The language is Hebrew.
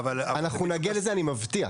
אנחנו נגיע לזה, אני מבטיח.